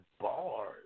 bars